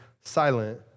silent